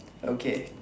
okay